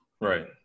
Right